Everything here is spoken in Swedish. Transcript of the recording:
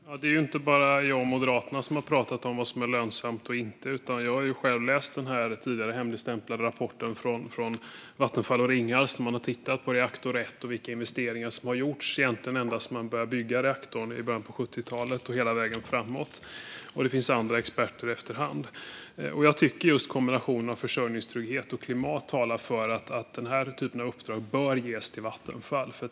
Fru talman! Det är inte bara jag och Moderaterna som har talat om vad som är lönsamt eller inte. Jag har själv läst den tidigare hemligstämplade rapporten från Vattenfall och Ringhals där man har tittat på reaktor 1 och vilka investeringar som har gjorts sedan reaktorn byggdes i början av 70talet och hela vägen framåt. Det finns andra experter som har tillkommit efter hand. Kombinationen försörjningstrygghet och klimat talar för att den typen av uppdrag bör ges till Vattenfall.